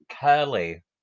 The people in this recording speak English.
Curly